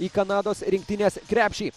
į kanados rinktinės krepšį